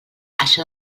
això